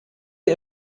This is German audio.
ihr